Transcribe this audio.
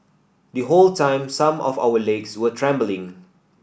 the whole time some of our legs were trembling